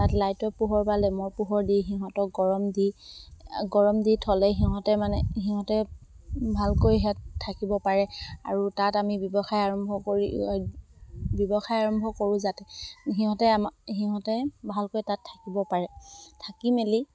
তাত লাইটৰ পোহৰ বা লেমৰ পোহৰ দি সিহঁতক গৰম দি গৰম দি থ'লে সিহঁতে মানে সিহঁতে ভালকৈ থাকিব পাৰে আৰু তাত আমি ব্যৱসায় আৰম্ভ কৰি ব্যৱসায় আৰম্ভ কৰোঁ যাতে সিহঁতে আমাক সিহঁতে ভালকৈ তাত থাকিব পাৰে থাকি মেলি